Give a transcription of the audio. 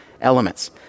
elements